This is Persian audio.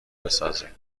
بسازیم